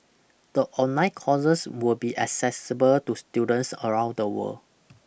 the online courses will be accessible to students around the world